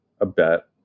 abet